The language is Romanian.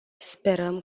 sperăm